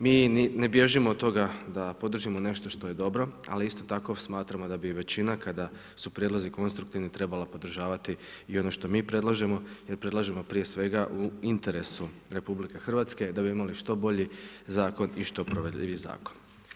Mi ne bježimo od toga da podržimo nešto što je dobro, ali isto tako smatramo da bi većina kada su prijedlozi konstruktivni trebala podržavati i ono što mi predlažemo, jer predlažemo prije svega u interesu RH da bi imali što bolji zakon i što provedljiviji zakon.